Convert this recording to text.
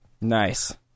Nice